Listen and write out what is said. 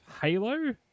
Halo